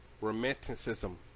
romanticism